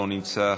לא נמצא,